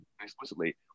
explicitly